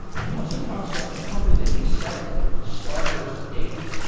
and he also talks about the company that he started starburst data,